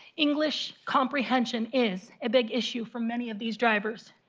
english comprehension is a big issue for many of these drivers.